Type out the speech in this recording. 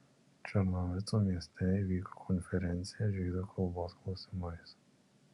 černovicų mieste įvyko konferencija žydų kalbos klausimais